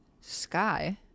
Sky